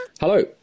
Hello